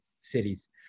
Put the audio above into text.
cities